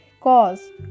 cause